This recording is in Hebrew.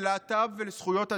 ללהט"ב ולזכויות אדם,